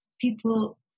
people